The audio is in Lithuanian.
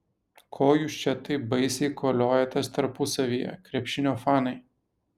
ko jūs čia taip baisiai koliojatės tarpusavyje krepšinio fanai